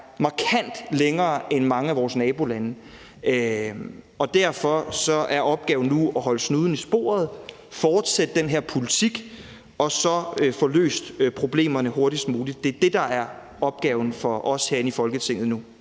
markant længere end mange af vores nabolande. Og derfor er opgaven nu at holde snuden i sporet, at fortsætte den her politik og så få løst problemerne hurtigst muligt. Det er det, der er opgaven for os herinde i Folketinget nu.